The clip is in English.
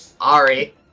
Ari